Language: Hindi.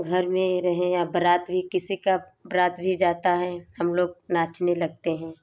घर में रहें या बारात्री किसी का बरात भी जाता हैं हम लोग नाचने लगते हैं